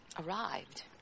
arrived